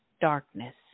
darkness